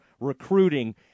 recruiting